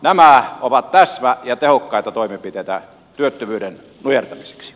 nämä ovat täsmä ja tehokkaita toimenpiteitä työttömyyden nujertamiseksi